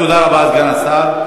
תודה רבה, סגן השר,